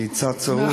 אני קצת צרוד.